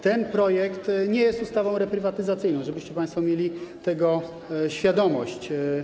Ten projekt nie jest ustawą reprywatyzacyjną, żebyście mieli państwo tego świadomość.